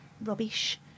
rubbish